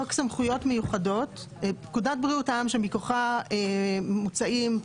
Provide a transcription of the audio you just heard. חוק הפסיכולוגים9.בחוק הפסיכולוגים,